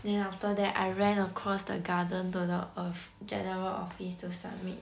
then after that I ran across the garden to get of general office to submit